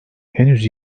henüz